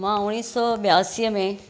मां उणिवीह सौ ॿियासीअ में